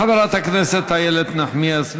תודה לחברת הכנסת איילת נחמיאס ורבין.